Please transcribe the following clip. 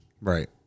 Right